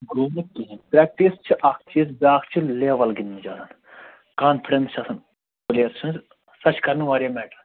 گوٚو نہَ کِہیٖنٛۍ پرٛیکٹٕس چھِ اکھ حِصہٕ بیٛاکھ چھِ لیٚول گِنٛدنٕچ آسان کانفِڈنس چھِ آسان پلیسٕڈ سۅ چھِ کران واریاہ میٹر